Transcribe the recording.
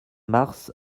mars